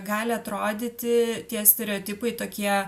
gali atrodyti tie stereotipai tokie